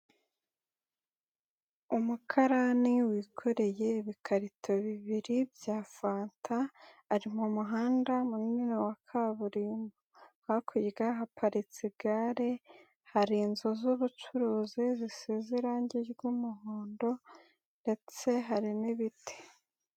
Umukarani wikoreye ibikarito bibiri bya fanta ari mu muhanda munini wa kaburimbo, hakurya haparitse igare, hari inzu z'ubucuruzi zisize irangi ry'umuhondo ndetse hari n'ibiti.